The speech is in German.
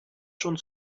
schon